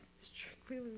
Strictly